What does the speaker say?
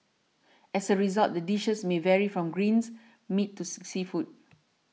as a result the dishes may vary from greens meat to sick seafood